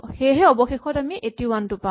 সেয়েহে অৱশেষত আমি ৮১ টো পাম